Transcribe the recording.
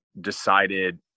decided